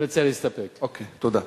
תודה רבה,